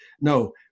no